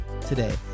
today